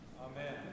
Amen